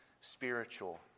spiritual